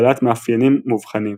בעלת מאפיינים מובחנים.